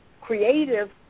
creative